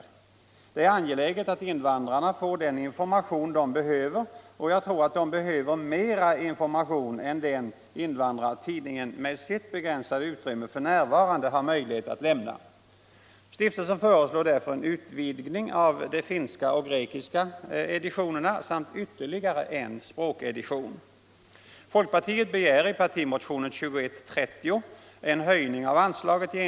Det är angeläget att invandrarna får den information de behöver, och jag tror att de behöver mera information än den Invandrartidningen med sitt begränsade utrymme f. n. har möjlighet att lämna. Stiftelsen föreslår därför en utvidgning av de finska och grekiska editionerna samt ytterligare en språkedition.